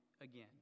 again